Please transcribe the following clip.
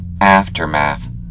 aftermath